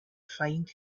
find